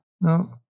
no